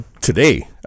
Today